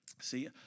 See